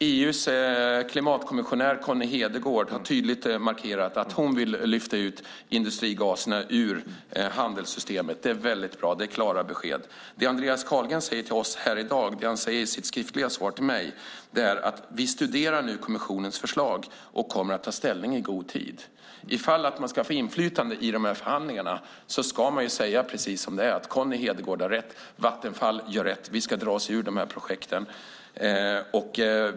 EU:s klimatkommissionär Connie Hedegaard har tydligt markerat att hon vill lyfta ut industrigaserna ur handelssystemet. Det är väldigt bra och klara besked. Andreas Carlgren säger i dag i sitt skriftliga svar till mig: Vi studerar nu kommissionens förslag och kommer att ta ställning i god tid. Ifall man ska få inflytande i förhandlingarna ska man säga precis som det är: Connie Hedegaard har rätt. Vattenfall gör rätt. Vi ska dra oss ur projekten.